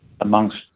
amongst